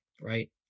right